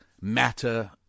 matter